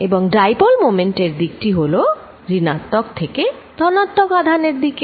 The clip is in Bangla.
এবং ডাইপোল মোমেন্ট এর দিকটি হল ঋণাত্মক থেকে ধনাত্মক আধান এর দিকে